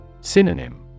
Synonym